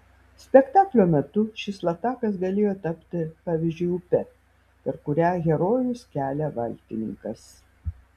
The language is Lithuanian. spektaklio metu šis latakas galėjo tapti pavyzdžiui upe per kurią herojus kelia valtininkas